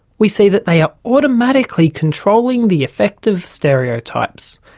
we see that they are automatically controlling the effect of stereotypes,